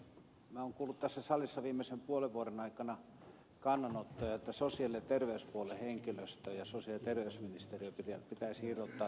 minä olen kuullut tässä salissa viimeisen puolen vuoden aikana kannanottoja että sosiaali ja terveyspuolen henkilöstö ja sosiaali ja terveysministeriö pitäisi irrottaa tuottavuusohjelmasta